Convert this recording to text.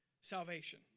salvation